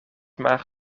maar